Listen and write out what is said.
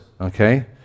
okay